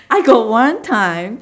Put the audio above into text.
I got one time